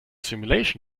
simulation